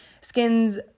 skin's